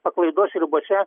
paklaidos ribose